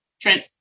Trent